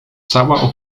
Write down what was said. cała